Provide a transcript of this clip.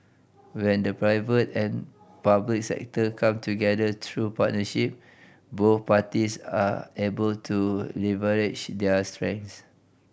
when the private and public sector come together through partnership both parties are able to leverage their strengths